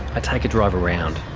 i take a drive around.